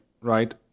right